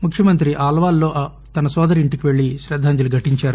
ముఖ్యమంత్రి అల్వాల్లో తన నోదరి ఇంటికి పెళ్లి శ్రద్దాంజలి ఘటించారు